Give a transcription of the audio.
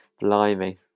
Blimey